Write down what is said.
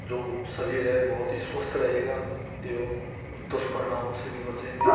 जो शरीर है बहुत ही स्वस्थ रहेगा एवम दुष्परिणामों से भी बचेंगे